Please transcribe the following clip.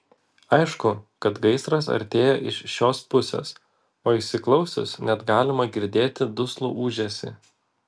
aišku kad gaisras artėja iš šios pusės o įsiklausius net galima girdėti duslų ūžesį